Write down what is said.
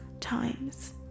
times